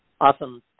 Awesome